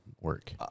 work